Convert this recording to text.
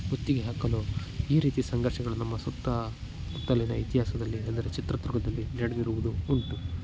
ಮುತ್ತಿಗೆ ಹಾಕಲು ಈ ರೀತಿ ಸಂಘರ್ಷಗಳು ನಮ್ಮ ಸುತ್ತ ಮುತ್ತಲಿನ ಇತಿಹಾಸದಲ್ಲಿ ಅಂದರೆ ಚಿತ್ರದುರ್ಗದಲ್ಲಿ ನಡೆದಿರುವುದು ಉಂಟು